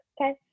okay